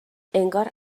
انگار